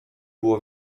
było